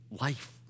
life